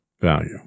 value